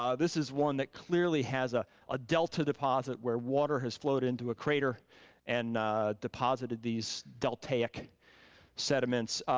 um this is one that clearly has ah a delta deposit where water has flowed into a crater and deposited these deltaic sediments.